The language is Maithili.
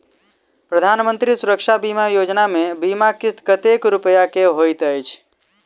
प्रधानमंत्री सुरक्षा बीमा योजना मे बीमा किस्त कतेक रूपया केँ होइत अछि?